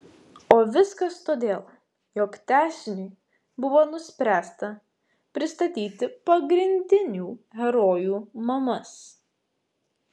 o viskas todėl jog tęsiniui buvo nuspręsta pristatyti pagrindinių herojų mamas